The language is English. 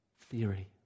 theory